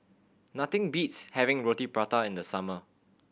nothing beats having Roti Prata in the summer